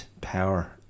power